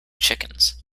chickens